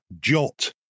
jot